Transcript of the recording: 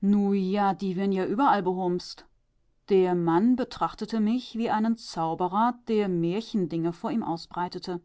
nu ja die werd'n ja überall behumpst der mann betrachtete mich wie einen zauberer der märchendinge vor ihm ausbreitete